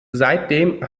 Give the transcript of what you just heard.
seitdem